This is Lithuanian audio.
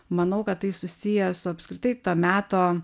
manau kad tai susiję su apskritai to meto